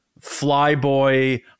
flyboy